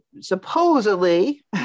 supposedly